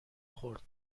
خورد